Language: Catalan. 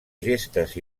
gestes